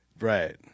right